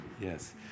Yes